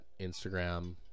instagram